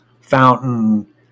fountain